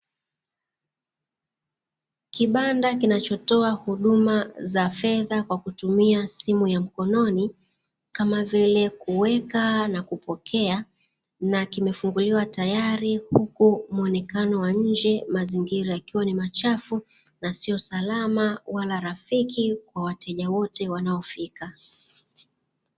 Kibanda kinachotoa huduma za fedha kwa kutumia simu ya mkononi, kama vile kuweka na kupokea. Na kimefunguliwa tayari huku muonekano wa nje mazingira yakiwa ni machafu na siyo salama wala rafiki kwa wateja wote wanaofika.